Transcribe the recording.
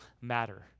matter